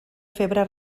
febre